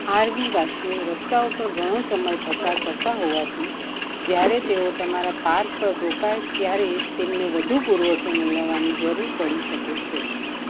આરવીવાસીઓ રસ્તાઓ ઉપર ઘણો સમય પસાર કરતા હોવાથી જ્યારે તેઓ તમારા પાર્ક પર રોકાય ત્યારે તેમને વધુ પુરવઠો મેળવવાની જરૂર પડી શકે છે